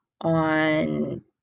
on